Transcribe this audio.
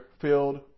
filled